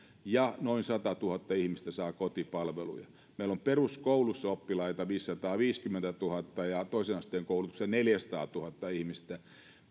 ja noin satatuhatta ihmistä saa kotipalveluja ja meillä on peruskoulussa oppilaita viisisataaviisikymmentätuhatta ja toisen asteen koulutuksessa neljäsataatuhatta ihmistä